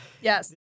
Yes